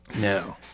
No